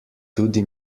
tudi